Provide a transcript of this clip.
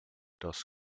does